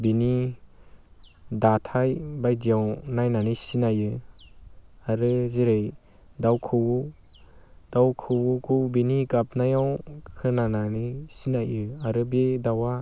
बिनि दाथाय बायदियाव नायनानै सिनायो आरो जेरै दाउ खौऔ दाउ खौऔखौ बिनि गाबनायाव खोनानानै सिनायो आरो बे दाउआ